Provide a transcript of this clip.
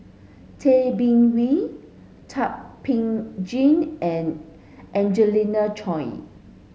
Tay Bin Wee Thum Ping Tjin and Angelina Choy